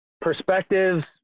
perspectives